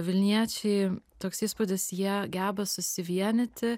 vilniečiai toks įspūdis jie geba susivienyti